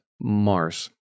Mars